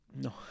No